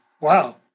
wow